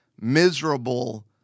miserable